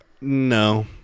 No